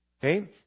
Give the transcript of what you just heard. okay